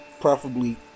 preferably